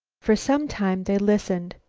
for some time they listened.